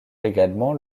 également